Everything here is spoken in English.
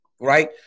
right